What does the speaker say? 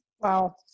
Wow